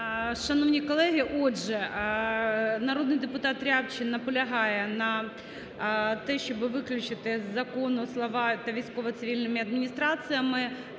Шановні колеги! Отже, народний депутат Рябчин наполягає на те, щоб виключити з закону слова "та військово-цивільними адміністраціями"